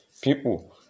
people